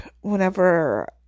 whenever